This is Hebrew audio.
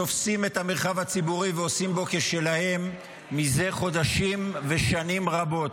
תופסים את המרחב הציבורי ועושים בו כשלהם זה חודשים ושנים רבות.